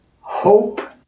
hope